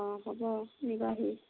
অ হ'ব নিবাহি